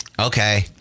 okay